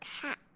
cat